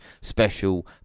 special